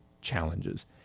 Challenges